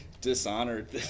dishonored